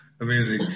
Amazing